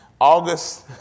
August